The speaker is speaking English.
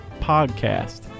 Podcast